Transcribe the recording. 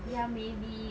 ya maybe